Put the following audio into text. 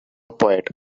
poet